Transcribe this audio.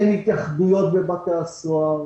אין התייחדויות בבתי הסוהר,